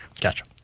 Gotcha